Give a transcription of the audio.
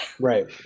Right